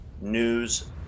news